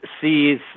sees